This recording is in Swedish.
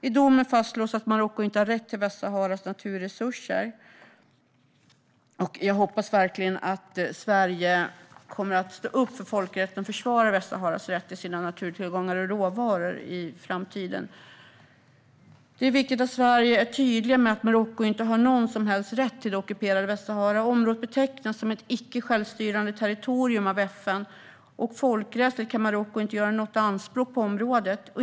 I domen fastslås att Marocko inte har rätt till Västsaharas naturresurser. Jag hoppas verkligen att Sverige kommer att stå upp för folkrätten och försvara Västsaharas rätt till sina naturtillgångar och råvaror i framtiden. Det är viktigt att Sverige är tydligt med att Marocko inte har någon som helst rätt till det ockuperade Västsahara. Området betecknas som ett icke självstyrande territorium av FN. Folkrättsligt kan Marocko inte göra anspråk på området.